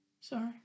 Sorry